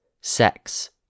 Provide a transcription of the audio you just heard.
sex